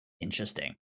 Interesting